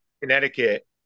connecticut